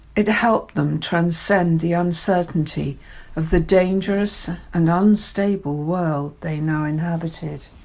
it helped them transcend the uncertainty of the dangerous and unstable world they now inhabited.